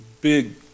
big